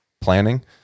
planning